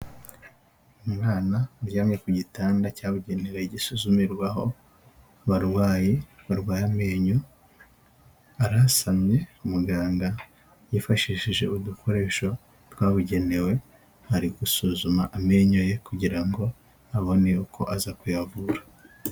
Umwana uryamye ku gitanda cyabugenewe gisuzumirwa aho barwayi barwaye amenyo, arasamye umuganga yifashishije udukoresho twabugenewe ari gusuzuma amenyo ye kugira ngo abone uko aza kuyavura.